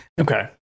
okay